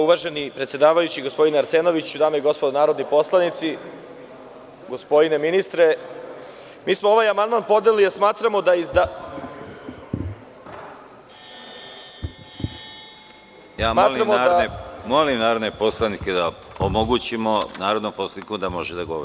Uvaženi predsedavajući, gospodine Arsenoviću, dame i gospodo narodni poslanici, gospodine ministre, mi smo ovaj amandman podneli jer smatramo da… (Predsedavajući: Molim narodne poslanike da omogućimo narodnom poslaniku da može da govori.